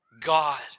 God